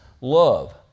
love